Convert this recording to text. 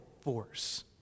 force